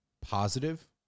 positive